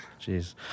Jeez